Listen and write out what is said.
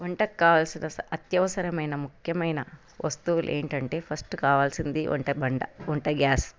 వంటకు కావలసిన అత్యవసరమైన ముఖ్యమైన వస్తువులు ఏంటంటే ఫస్ట్ కావాల్సింది వంట మంట వంట గ్యాస్